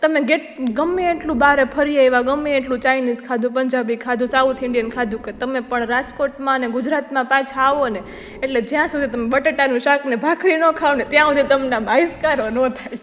તમે કેટ ગમે એટલું બહાર ફરીએ એવા ગમે એટલું ચાઇનીઝ ખાધું પંજાબી ખાધું સાઉથ ઇન્ડિયન ખાધું કે તમે પણ રાજકોટમાં અને ગુજરાતમાં પાછા આવોને એટલે જ્યાં સુધી તમે બટેટાનું શાક અને ભાખરી ન ખાવને ત્યાં સુધી તમને હાસકારો ન થાય